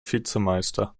vizemeister